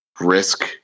risk